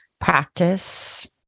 practice